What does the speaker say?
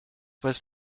was